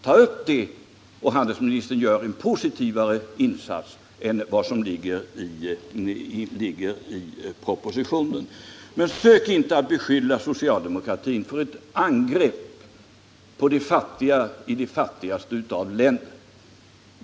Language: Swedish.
Ta upp den tanken, och handelsministern gör en mer positiv insats än vad han gjort genom sin proposition! Men försök inte att beskylla socialdemokratin för att angripa de fattiga i de fattigaste av länder!